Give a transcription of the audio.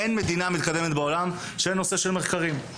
אין מדינה מתקדמת בעולם שאין נושא של מחקרים.